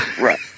right